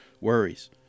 worries